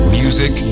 music